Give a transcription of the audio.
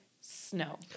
snow